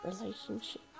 relationship